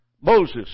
Moses